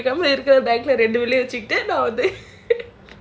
கைல இருக்கத வச்சிக்கிட்டு நான் வந்து:kaila irukatha vachikittu naan vandhu